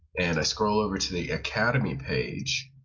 and i scroll over to the academy page,